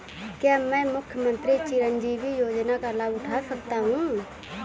क्या मैं मुख्यमंत्री चिरंजीवी योजना का लाभ उठा सकता हूं?